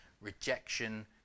rejection